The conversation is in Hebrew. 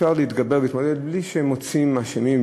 אפשר להתגבר ולהתמודד בלי שמוצאים אשמים,